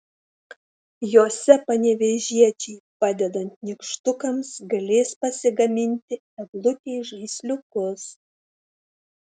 jose panevėžiečiai padedant nykštukams galės pasigaminti eglutei žaisliukus